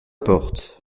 porte